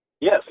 Yes